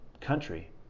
country